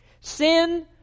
Sin